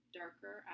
darker